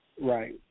Right